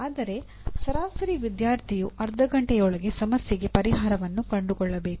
ಅಂದರೆ ಸರಾಸರಿ ವಿದ್ಯಾರ್ಥಿಯು ಅರ್ಧ ಘಂಟೆಯೊಳಗೆ ಸಮಸ್ಯೆಗೆ ಪರಿಹಾರವನ್ನು ಕಂಡುಕೊಳ್ಳಬೇಕು